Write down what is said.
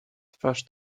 twarz